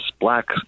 black